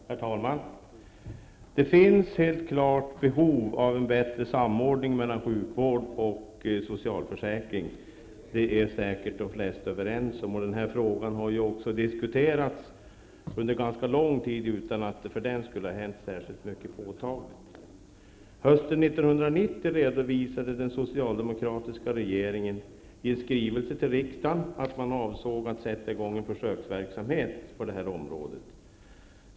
Herr talman! Det finns, helt klart, behov av en bättre samordning mellan sjukvård och socialförsäkring. Därom är säkert de flesta överens. Den här frågan har också diskuterats under ganska lång tid, utan att det för den skull har hänt särskilt mycket påtagligt. Hösten 1990 redovisade den socialdemokratiska regeringen, i en skrivelse till riksdagen, att man avsåg att sätta i gång en försöksverksamhet på det här området.